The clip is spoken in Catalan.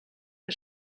què